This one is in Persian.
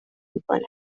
میکند